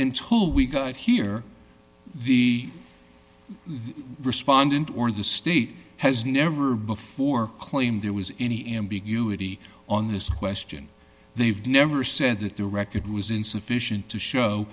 total we got here the respondent or the state has never before claimed there was any ambiguity on this question they've never said that their record was insufficient to show